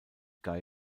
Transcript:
guy